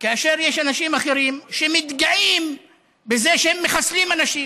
כאשר יש אנשים אחרים שמתגאים בזה שהם מחסלים אנשים,